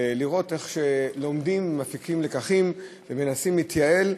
ולראות איך לומדים, מפיקים לקחים ומנסים להתייעל.